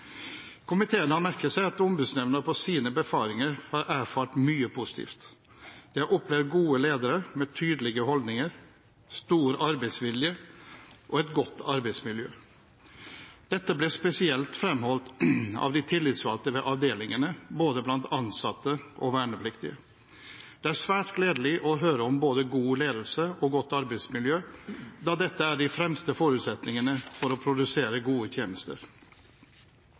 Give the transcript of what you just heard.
Komiteen har merket seg at Ombudsmannsnemnda på sine befaringer har erfart mye positivt. De har opplevd gode ledere med tydelige holdninger, stor arbeidsvilje og et godt arbeidsmiljø. Dette ble spesielt fremholdt av de tillitsvalgte ved avdelingene, blant både ansatte og vernepliktige. Det er svært gledelig å høre om både god ledelse og godt arbeidsmiljø, da dette er de fremste forutsetningene for å produsere gode tjenester.